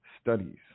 studies